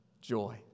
joy